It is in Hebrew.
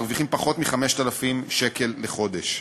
מרוויחים פחות מ-5,000 שקלים לחודש.